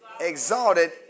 Exalted